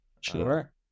Sure